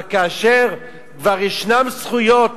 אבל כאשר כבר ישנן זכויות,